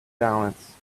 balance